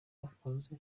bakunze